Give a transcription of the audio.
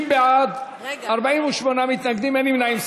60 בעד, 48 מתנגדים, אין נמנעים.